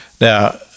Now